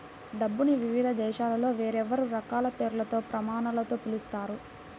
డబ్బుని వివిధ దేశాలలో వేర్వేరు రకాల పేర్లతో, ప్రమాణాలతో పిలుస్తారు